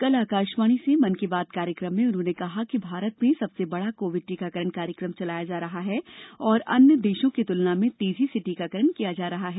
कल आकाशवाणी से मन की बात कार्यक्रम में उन्होंने कहा कि भारत में सबसे बडा कोविड टीकाकरण कार्यक्रम चलाया जा रहा है और अन्य देशों की तुलना में तेजी से टीकाकरण किया जा रहा है